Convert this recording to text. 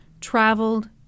traveled